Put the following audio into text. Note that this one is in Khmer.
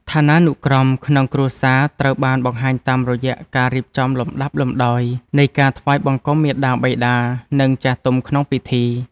ឋានានុក្រមក្នុងគ្រួសារត្រូវបានបង្ហាញតាមរយៈការរៀបចំលំដាប់លំដោយនៃការថ្វាយបង្គំមាតាបិតា និងចាស់ទុំក្នុងពិធី។